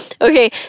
Okay